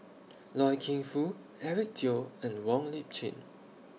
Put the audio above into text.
Loy Keng Foo Eric Teo and Wong Lip Chin